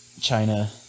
China